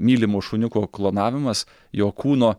mylimo šuniuko klonavimas jo kūno